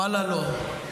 ואללה, לא.